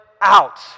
out